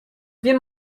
wir